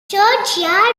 churchyard